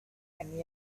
and